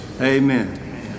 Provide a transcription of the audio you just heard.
Amen